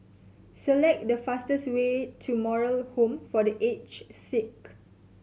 select the fastest way to Moral Home for The Aged Sick